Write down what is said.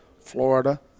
Florida